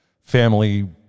family